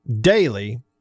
daily